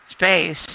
Space